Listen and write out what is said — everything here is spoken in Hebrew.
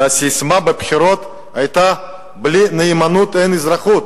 כשהססמה בבחירות היתה "בלי נאמנות אין אזרחות".